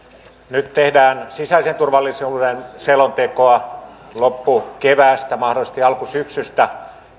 nyt tehdään sisäisen turvallisuuden selontekoa loppukeväästä mahdollisesti alkusyksystä